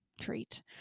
treat